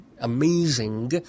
amazing